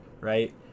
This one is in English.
right